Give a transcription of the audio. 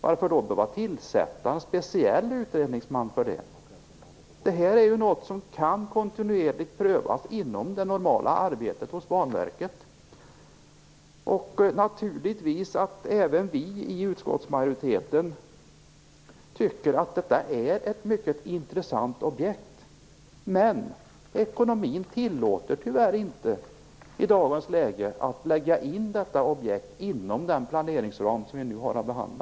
Varför skall man då behöva tillsätta en speciell utredningsman? Det här kan ju prövas kontinuerligt inom det normala arbetet hos Banverket. Naturligtvis tycker även vi i utskottsmajoriteten att detta är ett mycket intressant objekt. Men ekonomin tillåter tyvärr inte i dagens läge att man lägger in detta objekt inom den planeringsram som vi nu har att behandla.